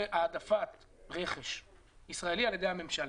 העדפת רכש ישראלי על ידי הממשלה.